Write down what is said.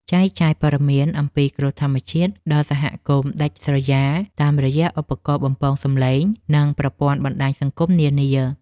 ចែកចាយព័ត៌មានអំពីគ្រោះធម្មជាតិដល់សហគមន៍ដាច់ស្រយាលតាមរយៈឧបករណ៍បំពងសំឡេង និង ប្រព័ន្ធបណ្ដាញសង្គមនានា។